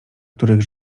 których